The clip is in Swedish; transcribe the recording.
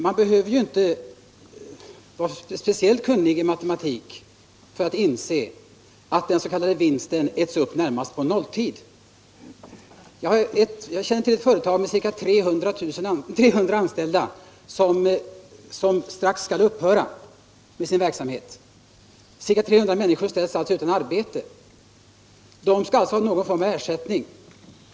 Man behöver inte vara speciellt kunnig i matematik för att inse att den s.k. vinsten äts upp närmast på nolltid. Jag känner till ett företag med ca 300 anställda som snart skall upphöra med sin verksamhet. Dessa 300 människor ställs alltså utan arbete. De skall ha någon form av ersättning.